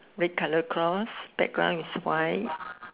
red colour cloth background is white